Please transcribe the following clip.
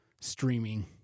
streaming